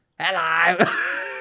hello